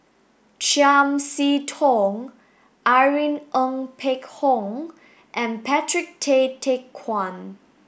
Chiam See Tong Irene Ng Phek Hoong and Patrick Tay Teck Guan